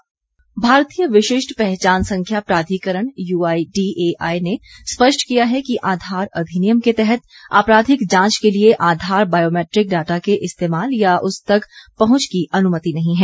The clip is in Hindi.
आघार अधिनियम भारतीय विशिष्ट पहचान संख्या प्राधिकरण यूआईडीएआई ने स्पष्ट किया है कि आधार अधिनियम के तहत आपराधिक जांच के लिए आधार बायोमेट्रिक डाटा के इस्तेमाल या उस तक पहंच की अनुमति नहीं है